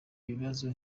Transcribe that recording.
bibazo